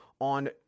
on